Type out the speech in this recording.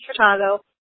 Chicago